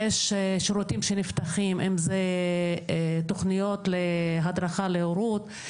יש שירותים שנפתחים אם זה תכניות הדרכה להורות,